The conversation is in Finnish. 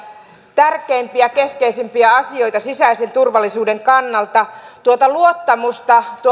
tärkeimpiä ja keskeisimpiä asioita sisäisen turvallisuuden kannalta tuota luottamusta